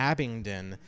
Abingdon